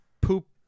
poop